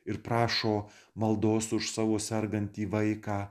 ir prašo maldos už savo sergantį vaiką